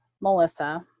Melissa